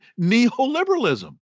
neoliberalism